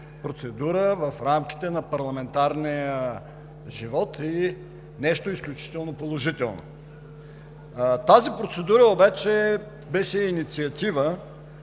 процедура в рамките на парламентарния живот и е нещо изключително положително. Тази процедура обаче беше инициатива